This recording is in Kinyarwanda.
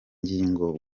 ngingo